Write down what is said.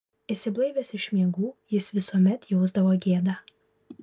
išsiblaivęs iš miegų jis visuomet jausdavo gėdą